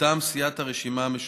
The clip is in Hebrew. מטעם סיעת הרשימה המשותפת,